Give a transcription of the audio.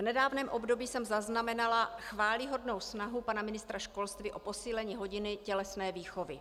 V nedávném období jsem zaznamenala chvályhodnou snahu pana ministra školství o posílení hodin tělesné výchovy.